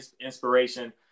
inspiration